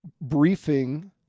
briefing